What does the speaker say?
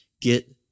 get